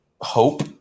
hope